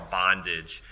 bondage